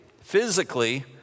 physically